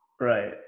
right